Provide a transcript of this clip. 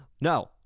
No